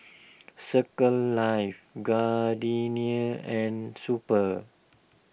Circles Life Gardenia and Super